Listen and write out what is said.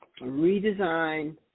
redesign